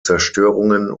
zerstörungen